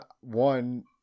one